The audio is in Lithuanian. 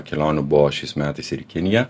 kelionių buvo šiais metais ir į kiniją